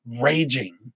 raging